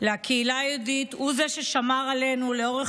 לקהילה היהודית הוא זה ששמר עלינו לאורך